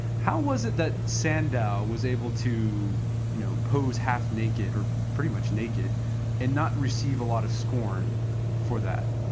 how was it that sandow was able to you know pose half naked or pretty much naked and not receive a lot of scorn for that?